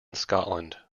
scotland